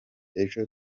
ejo